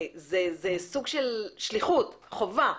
זה סוג של שליחות, חובה.